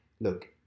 look